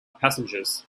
passengers